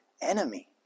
enemy